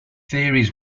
theories